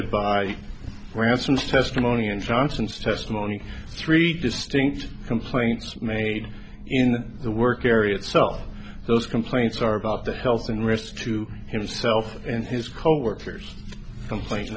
reported by ransoms testimony and transcends testimony three distinct complaints made in the work area itself those complaints are about the health and risk to himself and his coworkers complain